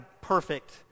perfect